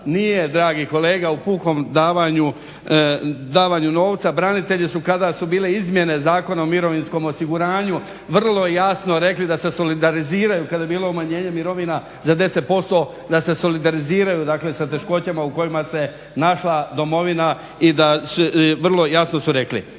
Nije, dragi kolega, u pukom davanju novca. Branitelji su kada su bile izmjene Zakona o mirovinskom osiguranju vrlo jasno rekli da se solidariziraju kada je bilo umanjenje mirovina za 10% da se solidariziraju dakle sa teškoćama u kojima se našla Domovina i vrlo jasno su rekli.